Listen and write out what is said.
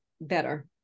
better